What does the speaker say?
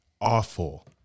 awful